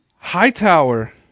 Hightower